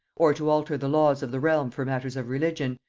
or to alter the laws of the realm for matters of religion,